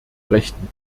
rechten